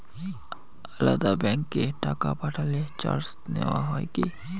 আলাদা ব্যাংকে টাকা পাঠালে চার্জ নেওয়া হয় কি?